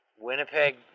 Winnipeg